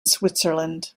switzerland